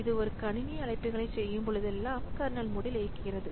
இது ஒரு கணினி அழைப்புகளைச் செய்யும்போதெல்லாம் கர்னல் மோடில் இயக்குகிறது